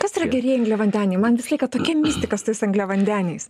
kas yra gerieji angliavandeniai man visą laiką tokia mistika su tais angliavandeniais